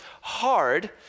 hard